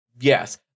yes